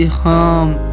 home